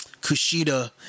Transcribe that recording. Kushida